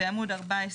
בעמוד 14